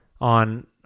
on